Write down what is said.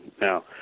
Now